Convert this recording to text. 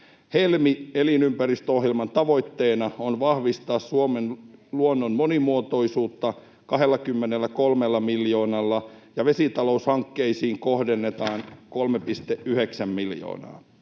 Helmi-elinympäristöohjelman tavoitteena on vahvistaa Suomen luonnon monimuotoisuutta 23 miljoonalla, ja vesitaloushankkeisiin kohdennetaan 3,9 miljoonaa.